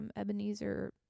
Ebenezer